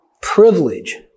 privilege